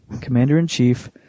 Commander-in-Chief